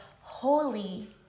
holy